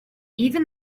even